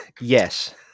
Yes